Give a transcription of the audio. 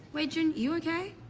wei jun, you ok?